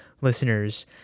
listeners